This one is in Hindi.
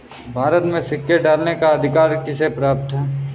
भारत में सिक्के ढालने का अधिकार किसे प्राप्त है?